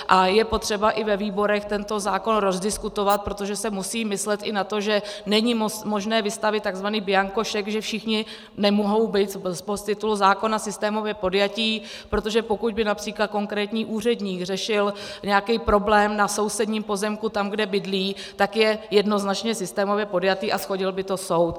A je potřeba i ve výborech tento zákon rozdiskutovat, protože se musí myslet i na to, že není možné vystavit tzv. bianko šek, že všichni nemohou být z titulu zákona systémově podjatí, protože pokud by například konkrétní úředník řešil nějaký problém na sousedním pozemku, tam, kde bydlí, tak je jednoznačně systémově podjatý a shodil by to soud.